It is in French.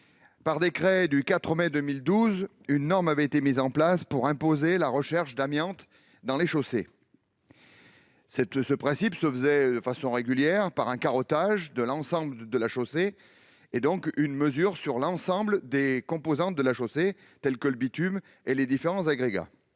Par décret du 4 mai 2012, une norme avait été mise en place pour imposer la recherche d'amiante dans les chaussées. Cela se faisait de façon régulière par un carottage de l'ensemble de la chaussée, donc par une mesure portant sur l'ensemble des composantes de celle-ci, comme le bitume et les différents agrégats.